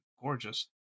gorgeous